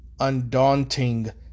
undaunting